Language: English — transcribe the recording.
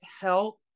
help